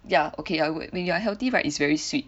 ya okay I would when you are healthy right is very sweet